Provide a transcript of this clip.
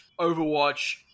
Overwatch